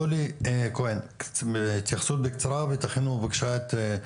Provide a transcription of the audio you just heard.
דולי כהן, יועצת בלשכת התכנון, מחוז חיפה, בבקשה.